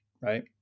right